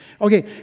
Okay